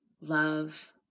love